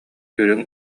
үрүҥ